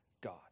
God